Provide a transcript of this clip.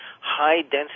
high-density